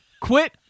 quit